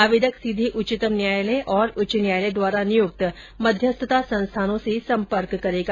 आवेदक सीधे उच्चतम न्यायालय और उच्च न्यायालय द्वारा नियुक्त मध्यस्थता संस्थानों से संपर्क करेगा